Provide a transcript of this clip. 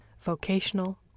vocational